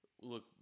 look